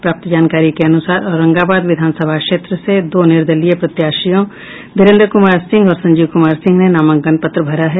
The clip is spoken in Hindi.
प्राप्त जानकारी के अनुसार औरंगाबाद विधानसभा क्षेत्र से दो निर्दलीय प्रत्याशियों धीरेन्द्र कुमार सिंह और संजीव कुमार सिंह ने नामांकन पत्र भरा है